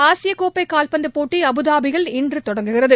ஆசியக்கோப்பை கால்பந்து போட்டி அபுதாபியில் இன்று தொடங்குகிறது